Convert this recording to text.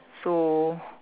so